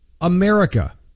America